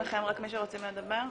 כן, תציגו את עצמכם מי שרוצים לדבר.